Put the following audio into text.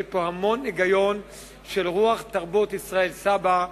יש פה המון היגיון של רוח תרבות ישראל סבא,